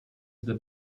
zde